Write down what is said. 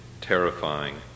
terrifying